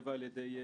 נכתבה על-ידי הגב'